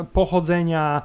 pochodzenia